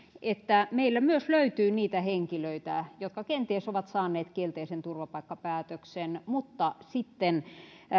että meillä myös löytyy niitä henkilöitä jotka kenties ovat saaneet kielteisen turvapaikkapäätöksen mutta sitten